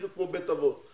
בדיוק כמו בית אבות,